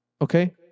Okay